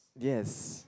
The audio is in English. yes